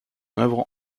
œuvre